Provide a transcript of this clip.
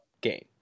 game